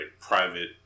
private